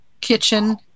kitchen